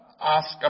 ask